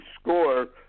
score